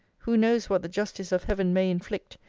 who knows what the justice of heaven may inflict,